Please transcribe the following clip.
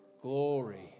Glory